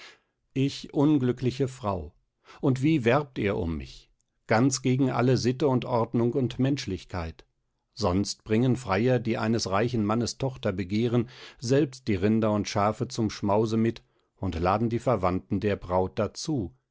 ich unglückliche frau und wie werbt ihr um mich ganz gegen alle sitte und ordnung und menschlichkeit sonst bringen freier die eines reichen mannes tochter begehren selbst die rinder und schafe zum schmause mit und laden die verwandten der braut dazu